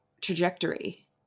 trajectory